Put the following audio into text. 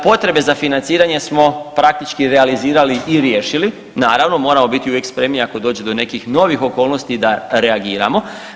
Potrebe za financiranjem smo praktički realizirali i riješili naravno moramo biti uvijek spremi ako dođe do nekih novih okolnosti da reagiramo.